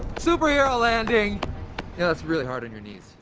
superhero landing. you know it's really hard on your knees.